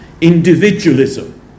individualism